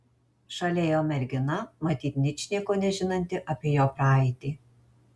šalia ėjo mergina matyt ničnieko nežinanti apie jo praeitį